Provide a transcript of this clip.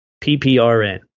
PPRN